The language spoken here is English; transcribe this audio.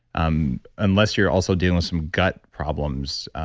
um unless you're also dealing with some gut problems,